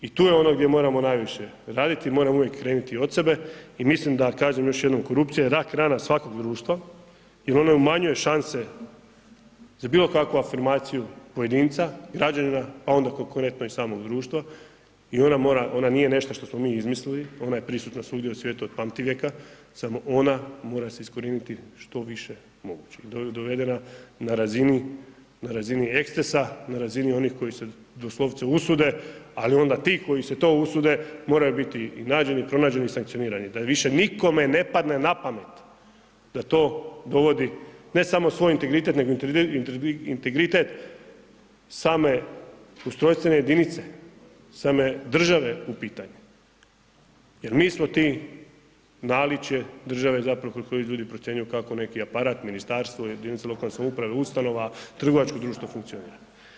I tu je ono gdje moramo najviše raditi, moramo uvijek krenuti od sebe i mislim da, kažem još jednom, korupcija je rak rana svakog društva jer ona umanjuje šanse za bilokakvu afirmaciju pojedinca, građanina pa onda konkretno i samog društva i ona nije nešto što mi izmislili, ona je prisutna svugdje u svijetu od pamtivijeka, samo ona mora se iskorijeniti što više moguće, dovedena na razini ekscesa, na razini onih koji se doslovce usude ali onda ti koji se to usude, moraju biti nađeni i pronađeni i sankcionirani, da više nikome ne padne na pamet da to dovodi ne samo svoj integritet nego integritet same ustrojstvene jedinice, same države u pitanje jer mi smo ti, naličje države zapravo preko koji ljudi procjenjuju kako neki aparat, ministarstvo, jedinica lokalne samouprave, ustanova, trgovačko društvo funkcionira.